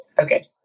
Okay